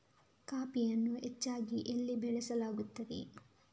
ಕಾಫಿಯನ್ನು ಹೆಚ್ಚಾಗಿ ಎಲ್ಲಿ ಬೆಳಸಲಾಗುತ್ತದೆ?